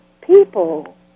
people